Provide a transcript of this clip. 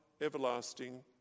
everlasting